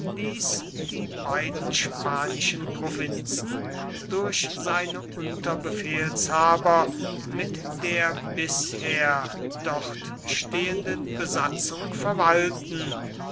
die beiden spanischen provinzen durch seine unterbefehlshaber mit der bisher dort stehenden besatzung verwalten